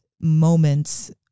moments